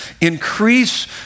Increase